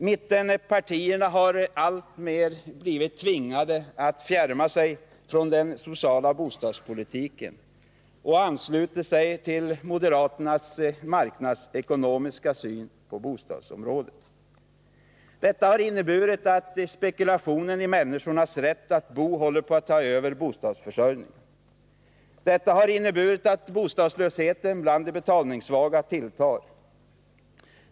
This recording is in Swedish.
Mittenpartierna har alltmer blivit tvingade att fjärma sig från den sociala bostadspolitiken och ansluter sig till moderaternas marknadsekonomiska syn på boendet. Detta har inneburit att spekulationen i människornas rätt att bo håller på att ta över bostadsförsörjningen. Detta har inneburit att bostadslösheten bland de betalningssvaga tilltar.